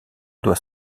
doit